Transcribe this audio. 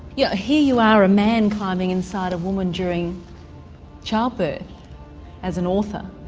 yeah here you are a man climbing inside a woman during childbirth as an author.